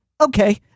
okay